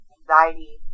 anxiety